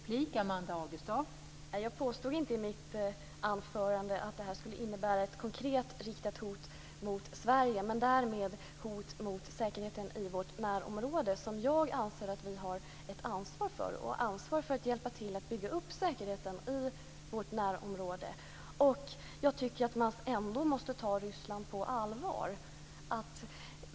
Fru talman! Jag påstod inte i mitt anförande att det här skulle innebära ett konkret riktat hot mot Sverige, men däremot ett hot mot säkerheten i vårt närområde, som jag anser att vi har ett ansvar för, ett ansvar också för att hjälpa till och bygga upp säkerheten i vårt närområde. Jag tycker att man ändå måste ta Ryssland på allvar.